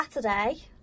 Saturday